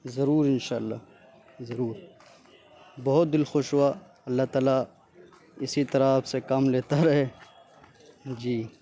ضرور ان شاء اللہ ضرور بہت دل خوش ہوا اللہ تعالیٰ اسی طرح آپ سے کام لیتا رہے جی